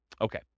Okay